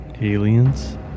Aliens